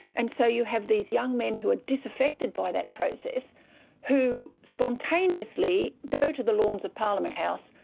and so you have these young men who are disaffected by that process who spontaneously go to the lawns of parliament house,